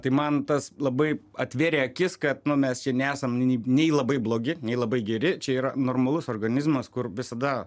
tai man tas labai atvėrė akis kad nu mes nesam nei labai blogi nei labai geri čia yra normalus organizmas kur visada